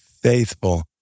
faithful